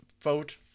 Vote